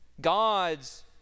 God's